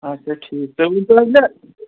آچھا ٹھیٖک تُہۍ ؤنۍتو حظ مےٚ